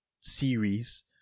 series